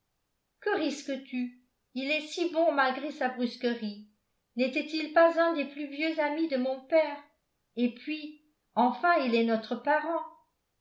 que risques tu il est si bon malgré sa brusquerie n'était-il pas un des plus vieux amis de mon père et puis enfin il est notre parent